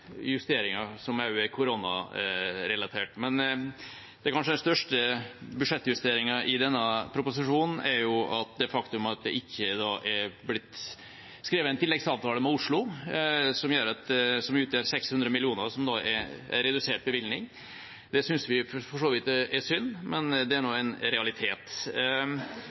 justeringer som er koronarelatert, men den kanskje største budsjettjusteringen i denne proposisjonen er det faktum at det ikke er blitt skrevet en tilleggsavtale med Oslo, som utgjør 600 mill. kr, som da er redusert bevilgning. Det synes vi for så vidt er synd, men det er nå en realitet.